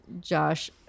Josh